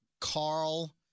Carl